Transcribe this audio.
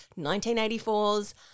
1984's